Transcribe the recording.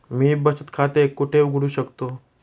मी बचत खाते कुठे उघडू शकतो?